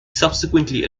subsequently